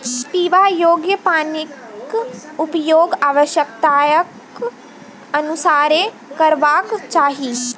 पीबा योग्य पानिक उपयोग आवश्यकताक अनुसारेँ करबाक चाही